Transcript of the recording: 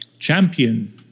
champion